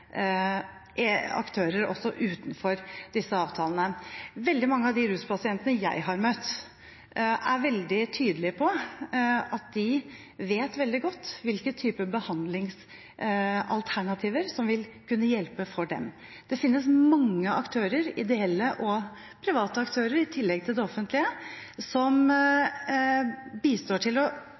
aktører også utenfor disse avtalene. Veldig mange av de ruspasientene jeg har møtt, er veldig tydelige på at de vet veldig godt hvilke typer behandlingsalternativer som vil kunne hjelpe for dem. Det finnes mange aktører, ideelle og private, i tillegg til det offentlige som bistår til å